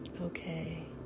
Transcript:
Okay